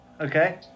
Okay